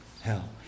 hell